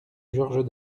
georges